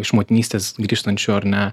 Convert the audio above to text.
iš motinystės grįžtančių ar ne